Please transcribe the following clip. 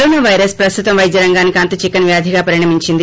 corona virus ప్రస్తుతం వైద్యరంగానికి అంతుచిక్కని వ్యాధిగా పరిణమించింది